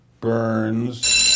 Burns